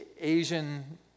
asian